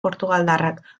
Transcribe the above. portugaldarrak